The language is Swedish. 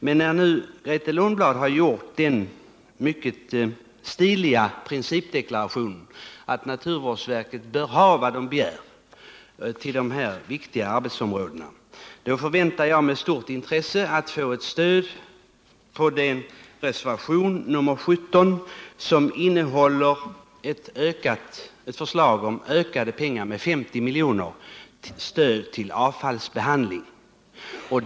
Men när nu Grethe Lundblad gjorde den mycket stiliga principdeklarationen att naturvårdsverket bör ha vad det begär för dessa viktiga arbetsområden, då förväntar jag med stort intresse att få ett stöd för vår reservation nr 17 under punkten 51, som innehåller förslag om en anslagsökning med 50 milj.kr. för stöd till avfallsbehandling.